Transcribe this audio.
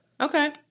Okay